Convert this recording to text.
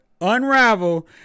unravel